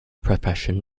profession